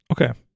Okay